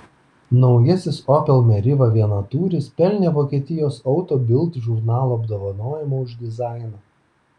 naujasis opel meriva vienatūris pelnė vokietijos auto bild žurnalo apdovanojimą už dizainą